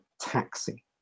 taxi